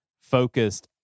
focused